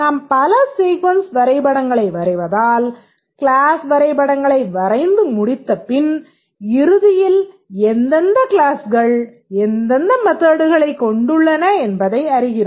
நாம் பல சீக்வென்ஸ் வரைபடங்களை வரைவதால் க்ளாஸ் வரைபடங்களை வரைந்து முடித்த பின் இறுதியில் எந்தெந்த க்ளாஸ்கள் எந்தெந்த மெத்தட்களைக் கொண்டுள்ளன என்பதை அறிகிறோம்